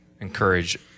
encourage